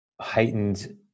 heightened